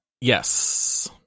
Yes